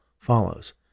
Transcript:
follows